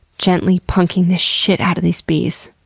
gently punking the shit out of these bees.